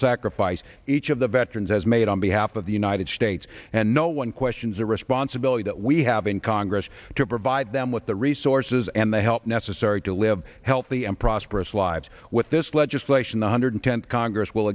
sacrifice each of the veterans has made on behalf of the united states and no one questions the responsibility that we have in congress to provide them with the resources and the help necessary to live healthy and prosperous lives with this legislation one hundred tenth congress will